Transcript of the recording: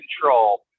control